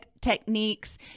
techniques